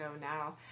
now